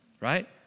right